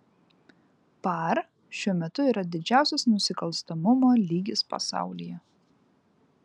par šiuo metu yra didžiausias nusikalstamumo lygis pasaulyje